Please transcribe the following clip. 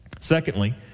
Secondly